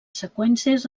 seqüències